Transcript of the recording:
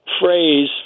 phrase